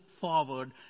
forward